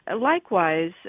Likewise